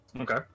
Okay